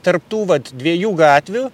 tarp tų vat dviejų gatvių